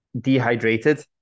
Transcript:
dehydrated